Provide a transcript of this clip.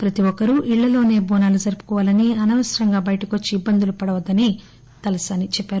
ప్రతి ఒక్కరూ ఇళ్లలోసే బోనాలు జరుపుకోవాలని అనవసరంగా బయటకు వచ్చి ఇబ్బందులు పడొద్దని తలసాని తెలిపారు